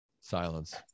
silence